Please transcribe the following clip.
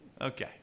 Okay